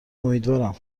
امیدوارم